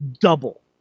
double